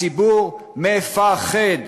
הציבור מפחד.